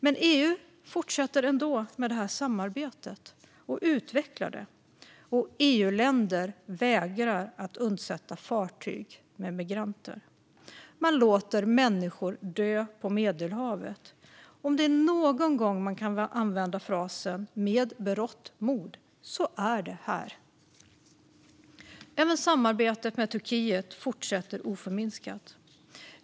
Men EU fortsätter ändå med det här samarbetet och utvecklar det, och EU-länder vägrar att undsätta fartyg med migranter. Man låter människor dö på Medelhavet. Om det är någon gång man kan använda frasen "med berått mod" så är det här. Även samarbetet med Turkiet fortsätter oförminskat.